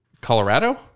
Colorado